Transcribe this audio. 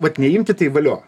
vat neimti tai valio